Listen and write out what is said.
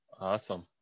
Awesome